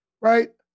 right